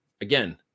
again